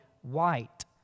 white